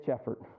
effort